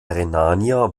rhenania